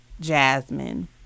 Jasmine